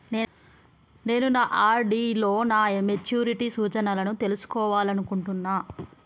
నేను నా ఆర్.డి లో నా మెచ్యూరిటీ సూచనలను తెలుసుకోవాలనుకుంటున్నా